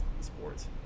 sports